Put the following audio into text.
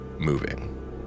moving